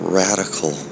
radical